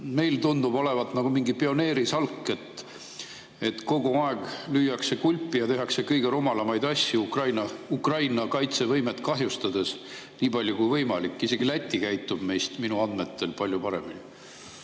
[Eesti] tundub olevat nagu mingi pioneerisalk. Kogu aeg lüüakse kulpi ja tehakse kõige rumalamaid asju Ukraina kaitsevõimet kahjustades nii palju kui võimalik. Isegi Läti käitub minu andmetel meist palju paremini.